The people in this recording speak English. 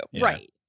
Right